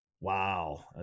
Wow